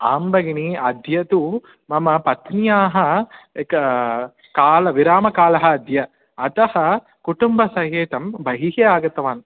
आं भगिनी अध्य तु मम पत्न्याः काल विरामकालः अद्य अतः कुटुम्बसहितं बहिः आगतवान्